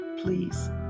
please